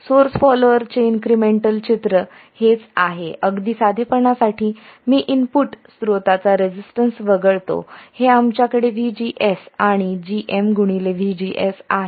source फॉलॉअरचे incremental चित्र हेच आहे अगदी साधेपणासाठी मी इनपुट स्त्रोताचा रेसिस्टन्स वगळतो हे आमच्याकडे VGS आणि gmVGS आहे